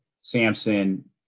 Samson